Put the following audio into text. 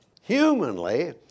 Humanly